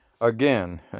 Again